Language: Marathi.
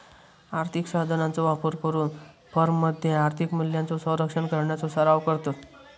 आर्थिक साधनांचो वापर करून फर्ममध्ये आर्थिक मूल्यांचो संरक्षण करण्याचो सराव करतत